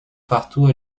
partout